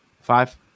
Five